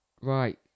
Right